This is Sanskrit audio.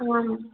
आम्